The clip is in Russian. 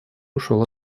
ушел